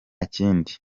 kindi